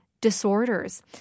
disorders